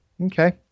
okay